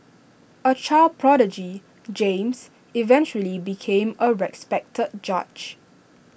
A child prodigy James eventually became A respected judge